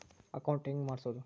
Account ಹೆಂಗ್ ಮಾಡ್ಸೋದು?